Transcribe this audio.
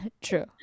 True